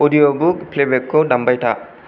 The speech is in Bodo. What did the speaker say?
अडिअ बुक प्लेबेकखौ दामबाय था